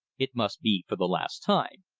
it must be for the last time.